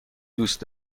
دوست